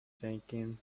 taking